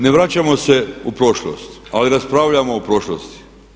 Ne vraćamo se u prošlost, ali raspravljamo o prošlosti.